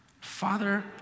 Father